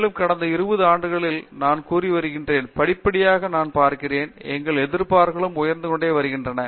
மேலும் கடந்த 20 ஆண்டுகளில் நான் சுற்றி வருகின்றேன் படிப்படியாக நான் பார்க்கிறேன் எங்கள் எதிர்பார்ப்புகளும் உயர்ந்து கொண்டே வருகின்றன